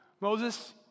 Moses